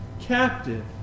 captive